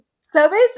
¿sabes